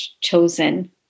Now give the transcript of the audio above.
chosen